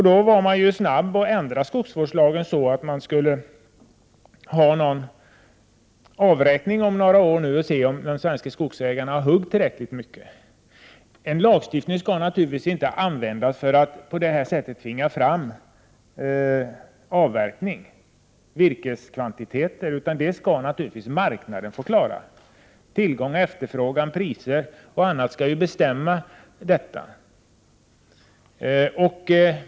Då var man snabb att ändra skogsvårdslagen och bestämma att man om några år skulle göra en avräkning och se om de svenska skogsägarna hade avverkat tillräckligt mycket. En lagstiftning skall naturligtvis inte användas för att på detta sätt tvinga fram avverkning och större virkeskvantiteter. Det skall marknaden få klara. Tillgång och efterfrågan, priser m.m. skall bestämma detta.